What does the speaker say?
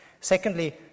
Secondly